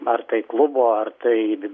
ar tai klubo ar tai